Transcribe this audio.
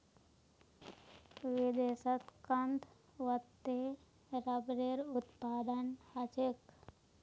विदेशत कां वत्ते रबरेर उत्पादन ह छेक